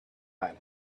planet